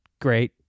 great